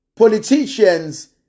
Politicians